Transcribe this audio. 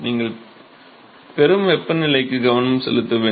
நீங்கள் பெறும் வெப்பநிலைக்கு கவனம் செலுத்த வேண்டும்